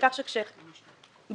כולל הרשויות?